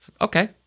okay